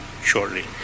shortly